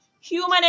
human